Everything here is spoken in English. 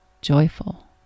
joyful